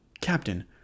Captain